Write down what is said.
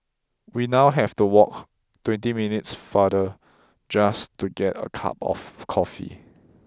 we now have to walk twenty minutes farther just to get a cup of coffee